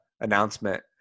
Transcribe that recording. announcement